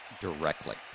directly